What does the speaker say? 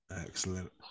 Excellent